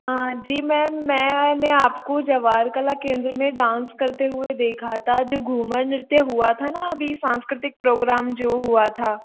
जी ma'am मैं मैने आपको जवार कला केंद्र में डांस करते हुआ देखा था जो घूमर नृत्य हुआ था न अभी सांस्कृतिक प्रोग्राम जो हुआ था